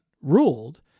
ruled